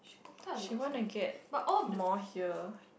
she want to get more here